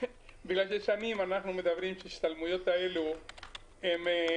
בגלל ששנים אנחנו מדברים שהשתלמויות האלו הן,